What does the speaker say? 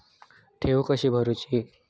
ठेवी कशी भरूची?